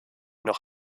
noch